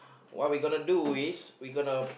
what we gonna do is we gonna